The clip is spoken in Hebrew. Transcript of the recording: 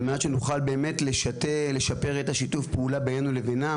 על מנת שנוכל באמת לשפר את שיתוף הפעולה בינינו לבינם,